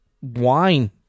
wine